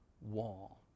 Wall